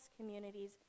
communities